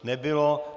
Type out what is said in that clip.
Nebylo.